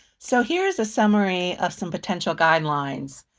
so here is a summary of some potential guidelines.